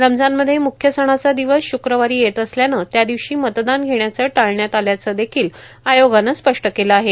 रमजानमध्ये मुख्य सणाचा दिवस शुक्रवारी येत असल्यानं त्या दिवशी मतदान घेण्याचं टाळण्यात आल्याचं देखिल आयोगानं स्पष्ट केलं आहे